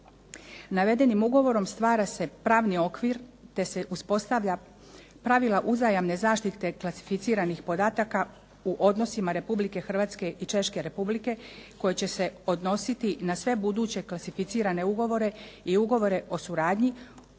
Navedenim ugovorom stvara se pravni okvir te se uspostavlja pravila uzajamne zaštite klasificiranih podataka u odnosima Republike Hrvatske i Češke Republike koje će se odnositi na sve buduće klasificirane ugovore i ugovore o suradnji